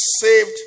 saved